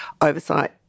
oversight